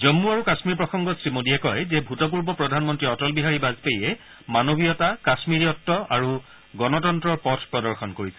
জমু আৰু কাম্মীৰ প্ৰসংগত শ্ৰীমোডীয়ে কয় যে ভূতপূৰ্ব প্ৰধানমন্ত্ৰী অটল বিহাৰী বাজপেয়ীয়ে মানৱীয়তা কাশ্মিৰীয়ত্ আৰু গণতন্তৰৰ পথ প্ৰদৰ্শন কৰিছিল